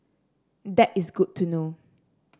that is good to know